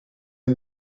het